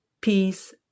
peace